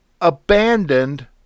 abandoned